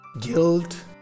guilt